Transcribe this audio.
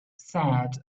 said